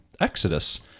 Exodus